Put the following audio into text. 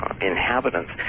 inhabitants